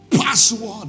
Password